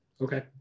Okay